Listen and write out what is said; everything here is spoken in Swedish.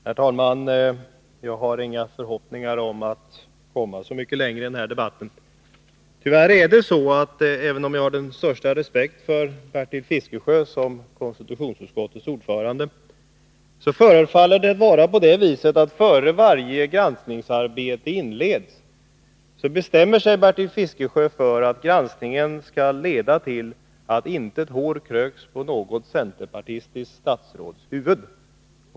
Herr talman! Jag har inga förhoppningar om att komma så mycket längre i denna debatt. Även om jag har den största respekt för Bertil Fiskesjö som konstitutionsutskottets ordförande, förefaller det vara så, att han innan varje granskningsarbete inleds bestämmer sig för att granskningen skall leda till att intet hår kröks på något centerpartistiskt statsråds huvud.